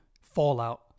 Fallout